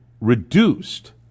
reduced